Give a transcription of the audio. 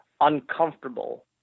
uncomfortable